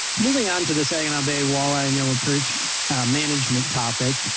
moving on to the saginaw bay walleye and yellow perch management topic.